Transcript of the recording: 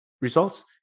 results